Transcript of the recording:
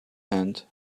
hand